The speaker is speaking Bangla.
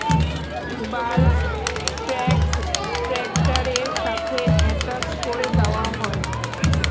বাল্ক ট্যাঙ্ক ট্র্যাক্টরের সাথে অ্যাটাচ করে দেওয়া হয়